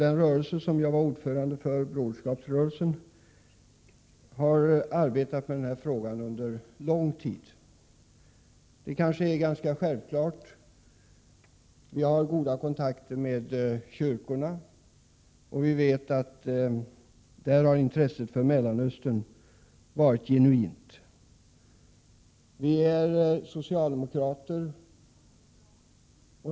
Den rörelse jag har varit ordförande för, Broderskapsrörelsen, har arbetat med denna fråga under lång tid. Det kanske är ganska självklart, eftersom vi har goda kontakter med kyrkorna. Kyrkans intresse för Mellanöstern har varit genuint. Vi är socialdemokrater.